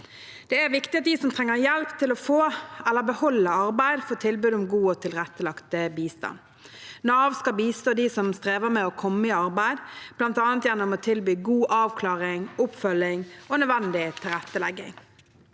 Det er viktig at de som trenger hjelp til å få eller beholde arbeid, får tilbud om god og tilrettelagt bistand. Nav skal bistå de som strever med å komme i arbeid, bl.a. gjennom å tilby god avklaring, oppfølging og nødvendig tilrettelegging.